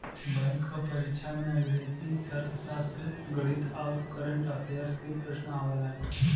bank क परीक्षा में अंग्रेजी, तर्कशास्त्र, गणित आउर कंरट अफेयर्स के प्रश्न आवला